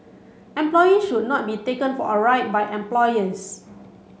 employees should not be taken for a ride by employers